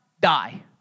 die